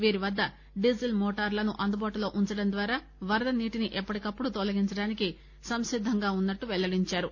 వీరివద్ద diesel మోటార్లను అందుబాటులో ఉంచడం ద్వారా వరదనీటిని ఎప్పటికప్పుడు తొలగించేందుకు సంసిద్దంగా ఉన్నట్టు పెల్లడించారు